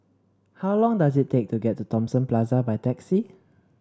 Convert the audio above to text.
how long does it take to get to Thomson Plaza by taxi